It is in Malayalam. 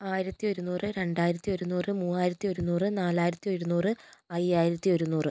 ആയിരത്തി ഒരുന്നൂറ് രണ്ടായിരത്തി ഒരുന്നൂറ് മൂവായിരത്തി ഒരുന്നൂറ് നാലായിരത്തി ഒരുന്നൂറ് അയായിരത്തി ഒരുന്നൂറ്